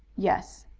yes.